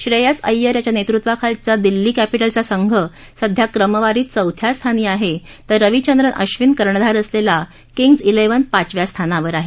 श्रेयस अय्यर याच्या नेतृत्वाखालील दिल्ली कॅपिटल्सचा संघ सध्या क्रमवारीत चौथ्या स्थानी आहे तर रविचंद्रन आश्विन कर्णधार असलेला किंग्ज इलेव्हन पाचव्या स्थानावर आहे